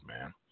man